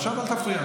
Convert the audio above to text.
עכשיו אל תפריע.